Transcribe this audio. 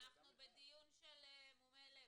כי אנחנו יודעים שיש להם ועדה ואחרי 60 יום לערער.